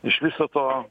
iš viso to